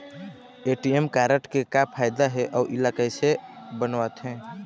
ATM card के का फायदा हे अऊ इला कैसे बनवाथे?